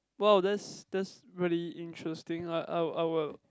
wow that's that's really interesting I I I would